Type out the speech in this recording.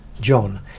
John